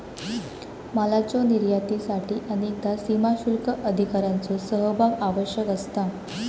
मालाच्यो निर्यातीसाठी अनेकदा सीमाशुल्क अधिकाऱ्यांचो सहभाग आवश्यक असता